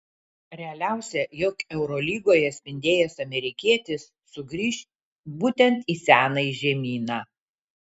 realiausia jog eurolygoje spindėjęs amerikietis sugrįš būtent į senąjį žemyną